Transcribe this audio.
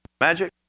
magic